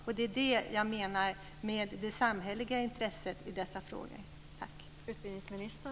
Det är det jag menar med det samhälleliga intresset i dessa frågor.